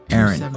Aaron